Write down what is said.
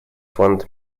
фонд